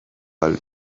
ahal